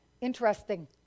Interesting